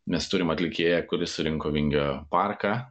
mes turim atlikėją kuris surinko vingio parką